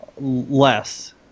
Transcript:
less